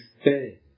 stay